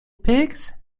pigs